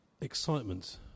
excitement